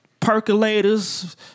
Percolators